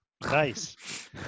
Nice